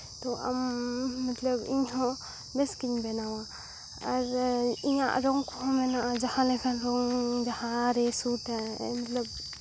ᱟᱢ ᱢᱚᱛᱞᱚᱵ ᱤᱧᱦᱚᱸ ᱵᱮᱥᱜᱤᱧ ᱵᱮᱱᱟᱣᱟ ᱟᱨ ᱤᱧᱟᱹᱜ ᱨᱚᱝ ᱠᱚᱦᱚᱸ ᱢᱮᱱᱟᱜᱼᱟ ᱡᱟᱦᱟᱸ ᱞᱮᱠᱟᱱ ᱨᱚᱝ ᱡᱟᱦᱟᱸ ᱨᱮ ᱥᱩᱴ ᱟᱭ ᱮᱱ ᱦᱤᱞᱳᱜ